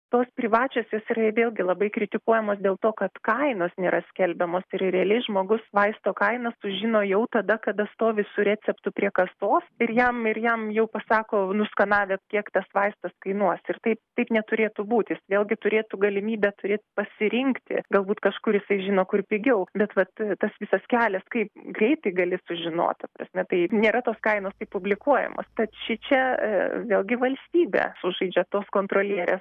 tos privačios jos yra ir vėlgi labai kritikuojamos dėl to kad kainos nėra skelbiamos ir realiai žmogus vaisto kainą sužino jau tada kada stovi su receptu prie kasos ir jam ir jam jau pasako nuskanavę kiek tas vaistas kainuos ir taip taip neturėtų būt jis vėlgi turėtų galimybę turėt pasirinkti galbūt kažkur jisai žino kur pigiau bet vat tas visas kelias kaip greitai gali sužinot ta prasme tai nėra tos kainos taip publikuojamos tad šičia vėlgi valstybė sužaidžia tos kontrolierės